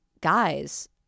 guys